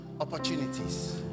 opportunities